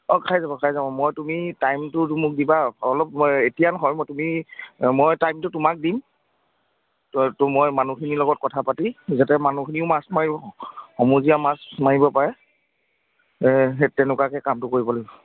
অঁ খাই যাব খাই যাব মই তুমি টাইমটো মোক দিবা অলপ এতিয়া নহয় মই তুমি মই টাইমটো তোমাক দিম ত ত মই মানুহখিনিৰ লগত কথা পাতি যাতে মানুহখিনিও মাছ মাৰিব সমূহীয়া মাছ মাৰিব পাৰে সেই তেনেকুৱাকৈ কামটো কৰিব লাগিব